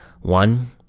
One